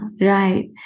right